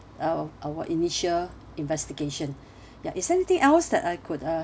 our our initial investigation ya is there anything else that I could uh